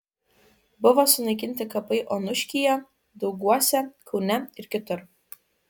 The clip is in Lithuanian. buvo sunaikinti kapai onuškyje dauguose kaune ir kitur